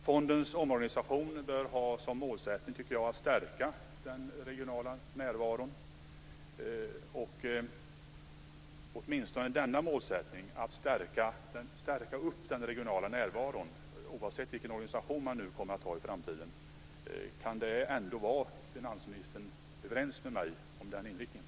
Fondens omorganisation bör ha som målsättning att stärka den regionala närvaron. Kan finansministern vara överens med mig om åtminstone denna målsättning - inriktningen att stärka den regionala närvaron oavsett vilken organisation man kommer att ha i framtiden?